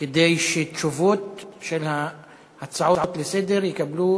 כדי שתשובות על הצעות לסדר-היום יקבלו